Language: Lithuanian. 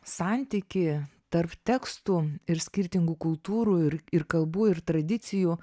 santykį tarp tekstų ir skirtingų kultūrų ir ir kalbų ir tradicijų